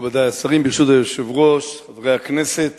ברשות היושב-ראש, מכובדי השרים, חברי הכנסת,